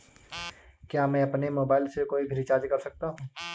क्या मैं अपने मोबाइल से कोई भी रिचार्ज कर सकता हूँ?